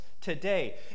today